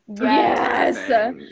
Yes